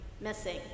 missing